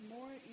More